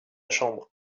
chambre